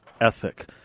ethic